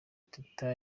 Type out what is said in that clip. teta